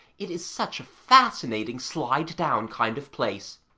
it is such a fascinating, slide-down kind of place.